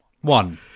One